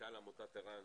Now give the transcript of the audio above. מנכ"ל עמותת ער"ן,